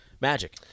magic